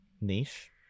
niche